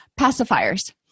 pacifiers